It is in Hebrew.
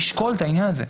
לשקול את העניין הזה.